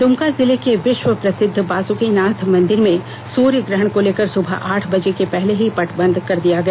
दुमका जिले के विश्व प्रसिद्ध बासुकिनाथ मंदिर में सूर्य ग्रहण को लेकर सुबह आठ बजे के पहले ही पट बंद कर दिया गया